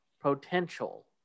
potential